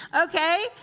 Okay